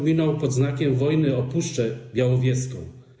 minął pod znakiem wojny o Puszczę Białowieską.